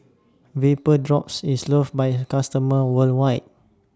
Vapodrops IS loved By customers worldwide